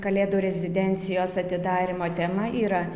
kalėdų rezidencijos atidarymo tema yra